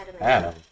Adam